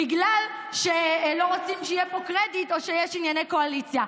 בגלל שלא רוצים שיהיה פה קרדיט או שיש ענייני קואליציה?